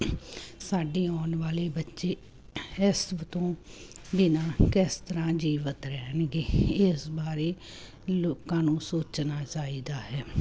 ਸਾਡੇ ਆਉਣ ਵਾਲੇ ਬੱਚੇ ਇਸ ਤੋਂ ਬਿਨ੍ਹਾਂ ਕਿਸ ਤਰ੍ਹਾਂ ਜੀਵਤ ਰਹਿਣਗੇ ਇਸ ਬਾਰੇ ਲੋਕਾਂ ਨੂੰ ਸੋਚਣਾ ਚਾਈਦਾ ਹੈ